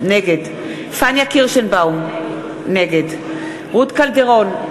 נגד פניה קירשנבאום, נגד רות קלדרון,